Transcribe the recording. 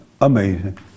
Amazing